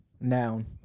Noun